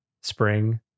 spring